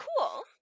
cool